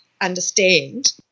understand